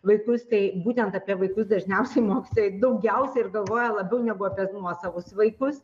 vaikus tai būtent apie vaikus dažniausiai mokytojai daugiausiai ir galvoja labiau negu apie nuosavus vaikus